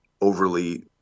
overly